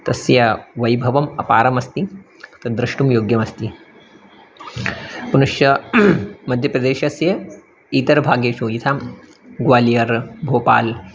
तस्य वैभवम् अपारमस्ति तद्द्रष्टुं योग्यमस्ति पुनश्च मध्यप्रदेशस्य इतर भागेषु यथा ग्वालियर् भोपाल्